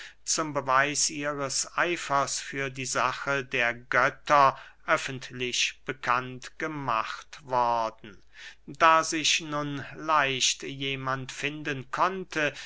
zum beweis ihres eifers für die sache der götter öffentlich bekannt gemacht worden da sich nun leicht jemand finden konnte